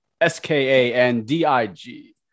S-K-A-N-D-I-G